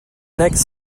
next